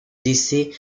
décès